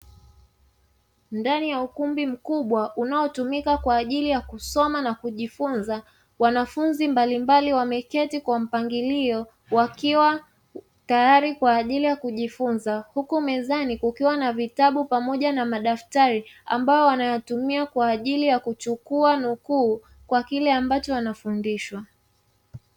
Ndani ya ukumbi mkubwa unaotumika kwa ajili ya kusoma na kujifunza, wanafunzi mbalimbali wameketi kwa mpangilio wakiwa tayari kwa ajili ya kujifunza. Huku mezani kukiwa na vitabu pamoja na madaftari ambayo wanayatumia kwa ajili ya kuchukua nukuu kwa kile ambacho wanafundishwa.